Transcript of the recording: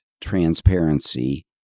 transparency